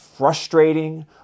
frustrating